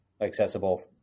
Accessible